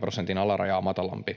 prosentin alarajaa matalampi.